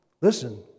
Listen